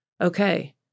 okay